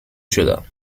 شدم